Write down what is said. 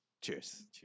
cheers